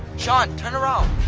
sean, turn around.